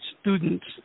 students